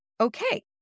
okay